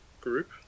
group